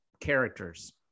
characters